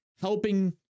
helping